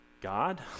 God